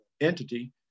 entity